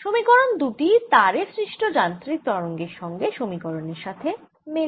সমীকরণ দুটিই তারে সৃষ্ট যান্ত্রিক তরঙ্গের জন্য সমীকরণের সাথে মেলে